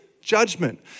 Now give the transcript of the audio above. judgment